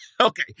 Okay